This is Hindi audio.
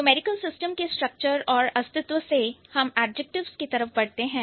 न्यूमेरिकल सिस्टम के स्ट्रक्चर और अस्तित्व से हम एडजेक्टिव्स की तरफ बढ़ते हैं